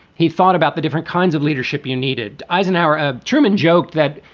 he thought about the different kinds of leadership you needed. eisenhower ah truman joked that,